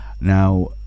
Now